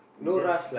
we just